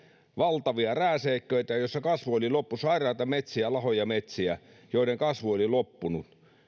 valtavia rääseiköitä joissa kasvu oli loppu sairaita metsiä lahoja metsiä joiden kasvu oli loppunut